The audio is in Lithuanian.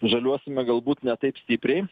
žaliuosime galbūt ne taip stipriai